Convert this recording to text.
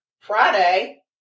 Friday